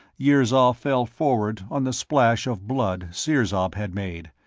yirzol fell forward on the splash of blood sirzob had made,